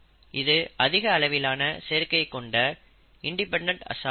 இது அதிக அளவிலான சேர்க்கை கொண்ட இன்டிபெண்டென்ட் அசார்ட்மெண்ட்